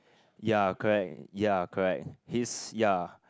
ya correct ya correct his ya